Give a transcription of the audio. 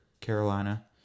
Carolina